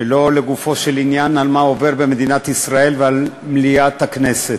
ולא לגופו של עניין על מה עובר במדינת ישראל ועל מליאת הכנסת.